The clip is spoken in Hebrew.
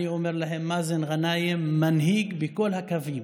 ואני אומר: מאזן גנאים מנהיג בכל הקווים,